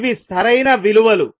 ఇవి సరైన విలువలు